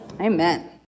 Amen